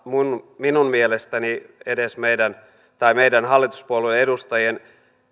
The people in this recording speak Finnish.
minun minun mielestäni meidän hallituspuolueiden edustajien ei kannata tässä